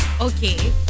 Okay